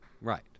Right